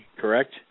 correct